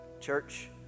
Church